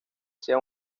sea